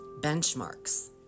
benchmarks